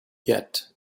yet